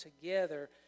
together